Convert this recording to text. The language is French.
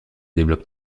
développe